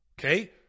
Okay